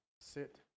Sit